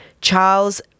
Charles